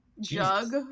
jug